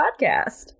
Podcast